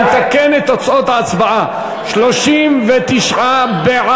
אני מתקן את תוצאות ההצבעה: 39 בעד,